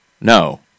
No